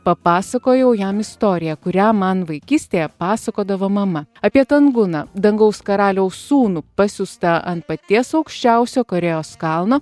papasakojau jam istoriją kurią man vaikystėje pasakodavo mama apie tanguną dangaus karaliaus sūnų pasiųstą ant paties aukščiausio korėjos kalno